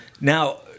Now –